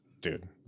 Dude